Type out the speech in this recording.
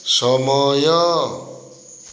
ସମୟ